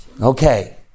Okay